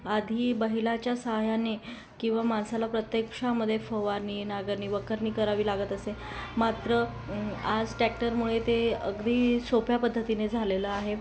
आधी बैलाच्या साह्याने किंवा माणसाला प्रत्यक्षामध्ये फवारणी नांगरनी वखारणी करावी लागत असे मात्र आज टॅक्टरमुळे ते अगदी सोप्या पद्धतीने झालेलं आहे